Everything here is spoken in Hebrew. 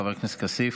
חבר הכנסת כסיף.